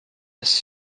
this